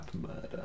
murder